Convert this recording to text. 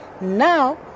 Now